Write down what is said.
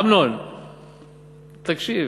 אמנון, תקשיב.